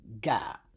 God